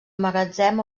magatzem